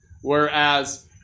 Whereas